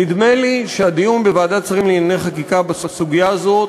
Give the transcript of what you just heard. נדמה לי שהדיון בוועדת שרים לענייני חקיקה בסוגיה הזאת,